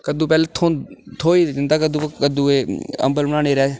कद्दू पैह्लें थ्होई ते जंदा कद्दू कद्दू एह् अंबल बनाने गी